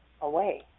away